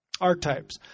archetypes